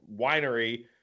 winery